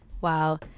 wow